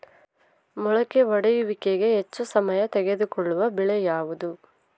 ಮೊಳಕೆ ಒಡೆಯುವಿಕೆಗೆ ಹೆಚ್ಚು ಸಮಯ ತೆಗೆದುಕೊಳ್ಳುವ ಬೆಳೆ ಯಾವುದು?